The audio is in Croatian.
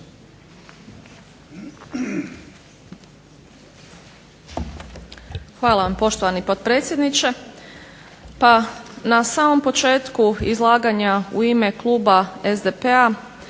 Hvala Vam poštovani potpredsjedniče.